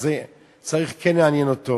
שזה צריך כן לעניין אותו,